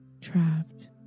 trapped